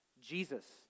Jesus